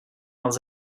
els